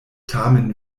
tamen